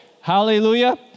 Hallelujah